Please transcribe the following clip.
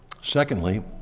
Secondly